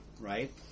Right